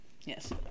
Yes